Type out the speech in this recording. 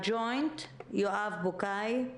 יואב בוקעי מהג'וינט,